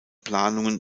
planungen